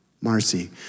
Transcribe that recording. Marcy